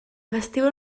vestíbul